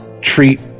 treat